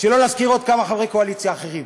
שלא נזכיר עוד כמה חברי קואליציה אחרים.